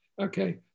Okay